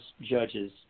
judges